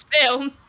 film